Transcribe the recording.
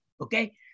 okay